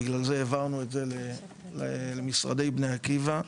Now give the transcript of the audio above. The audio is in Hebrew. בגלל זה העברנו את זה למשרדי בני עקיבא,